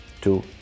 two